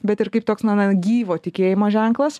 bet ir kaip toks na na gyvo tikėjimo ženklas